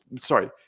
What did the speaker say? sorry